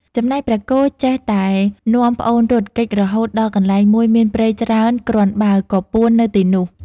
ចំណែកព្រះគោចេះតែនាំប្អូនរត់គេចរហូតដល់កន្លែងមួយមានព្រៃច្រើនគ្រាន់បើក៏ពួននៅទីនោះ។